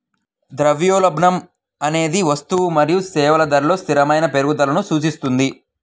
ద్రవ్యోల్బణం అనేది వస్తువులు మరియు సేవల ధరలలో స్థిరమైన పెరుగుదలను సూచిస్తుంది